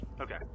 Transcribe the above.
Okay